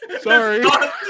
sorry